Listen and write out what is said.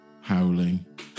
howling